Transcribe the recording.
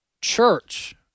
Church